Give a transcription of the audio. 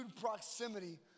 proximity